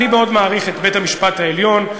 אני מאוד מעריך את בית-המשפט העליון,